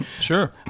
Sure